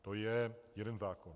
To je jeden zákon.